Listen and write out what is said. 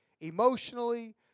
emotionally